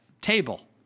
table